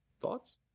Thoughts